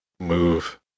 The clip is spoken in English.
Move